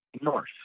North